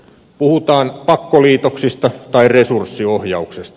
puhutaan pakkoliitoksista tai resurssiohjauksesta